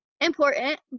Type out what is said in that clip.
important